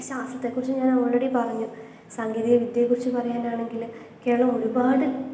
ശാസ്ത്രത്തെക്കുറിച്ച് ഞാൻ ഓൾറെഡി പറഞ്ഞു സാങ്കേതികവിദ്യയെക്കുറിച്ച് പറയാനാണെങ്കിൽ കേരളം ഒരുപാട്